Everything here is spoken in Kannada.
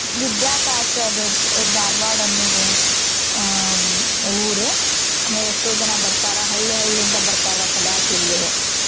ವಿದ್ಯಾವಕಾಶದ ಅದು ಧಾರ್ವಾಡ ಅನ್ನುದ ಊರು ಆಮೇಲೆ ಎಷ್ಟೋ ಜನ ಬರ್ತಾರೆ ಹಳ್ಳಿ ಹಳ್ಳಿಯಿಂದ ಬರ್ತಾರೆ ಕಲಿಯಾಕ್ಕೆ ಇಲ್ಲಿ